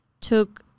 took